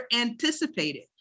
anticipated